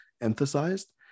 emphasized